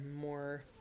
more